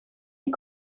die